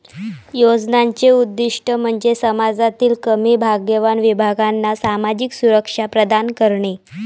योजनांचे उद्दीष्ट म्हणजे समाजातील कमी भाग्यवान विभागांना सामाजिक सुरक्षा प्रदान करणे